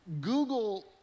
Google